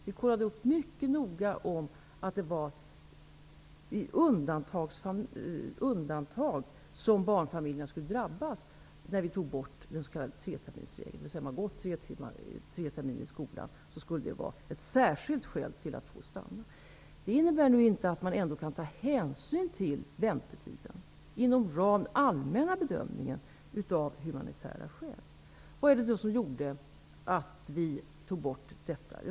Vi kontrollerade mycket noga att det bara var i undantagsfall som barnfamiljerna skulle drabbas när vi tog bort den s.k. treterminsregeln, som innebar att hade man gått tre terminer i skolan skulle det vara ett särskilt skäl för att få stanna. Det innebär inte att man inte kan ta hänsyn till väntetiden inom ramen för den allmänna bedömningen av humanitära skäl. Vad var det då som gjorde att vi tog bort detta?